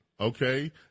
okay